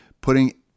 putting